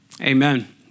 Amen